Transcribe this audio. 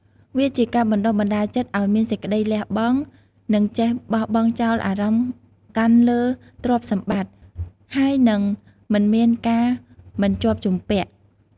វាជាការបណ្ដុះបណ្ដាលចិត្តឲ្យមានសេចក្ដីលះបង់ និងចេះបោះបង់ចោលអារម្មណ៍កាន់លើទ្រព្យសម្បត្តិ ហើយនិងមិនមានការមិនជាប់ជំពាក់។